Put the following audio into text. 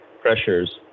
pressures